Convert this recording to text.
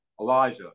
Elijah